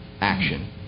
action